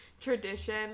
tradition